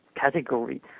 category